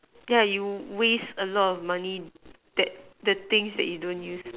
yeah you waste a lot of money that the things you don't use